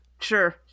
Sure